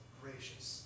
gracious